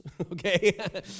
Okay